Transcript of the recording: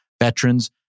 veterans